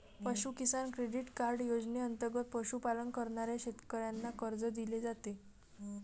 पशु किसान credit card योजनेंतर्गत पशुपालन करणाऱ्या शेतकऱ्यांना कर्ज दिले जाते